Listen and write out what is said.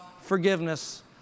forgiveness